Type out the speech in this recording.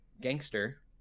gangster